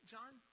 John